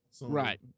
Right